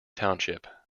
township